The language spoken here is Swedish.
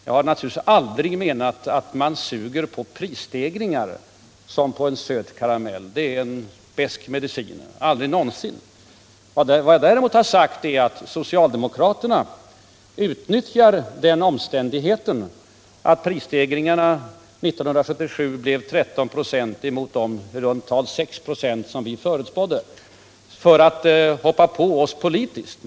Jag har naturligtvis aldrig någonsin menat att man suger på prisstegringar som på en söt karamell. De är en besk karamell. Vad jag däremot har sagt är att socialdemokraterna utnyttjar den omständigheten att prisstegringarna 1977 blev 13 96 mot de i runt tal 6 96, som vi förutspådde, för att hoppa på oss politiskt.